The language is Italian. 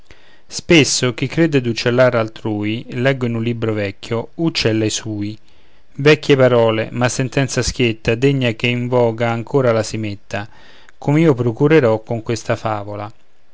spesso chi crede d'uccellar altrui leggo in un libro vecchio uccella i sui vecchie parole ma sentenza schietta degna che in voga ancora la si metta com'io procurerò con questa favola